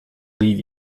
leave